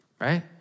right